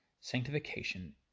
sanctification